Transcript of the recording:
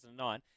2009